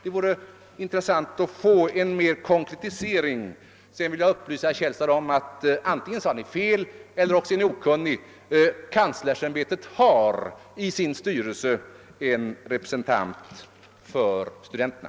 Det vore intressant att få en konkretisering på den punkten. Till slut vill jag upplysa herr Källstad om att antingen sade han fel eller också är han okunnig när det gäller kanslersämbetet. ämbetet har i sin styrelse en representant för studenterna.